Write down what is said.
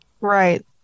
Right